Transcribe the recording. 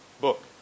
book